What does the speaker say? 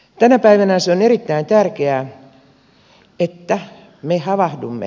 tänä päivänä on erittäin tärkeää että me havahdumme